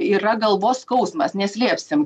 yra galvos skausmas neslėpsim